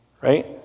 Right